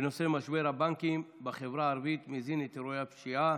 הצעה לסדר-היום בנושא: משבר הבנקים בחברה הערבית מזין את ארגוני הפשיעה,